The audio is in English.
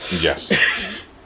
Yes